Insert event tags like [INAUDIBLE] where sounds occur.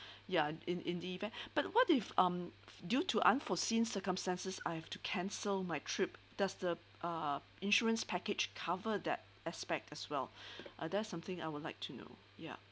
ya in in the event [BREATH] but what if um due to unforeseen circumstances I have to cancel my trip does the uh insurance package cover that aspect as well [BREATH] ah that's something I would like to know ya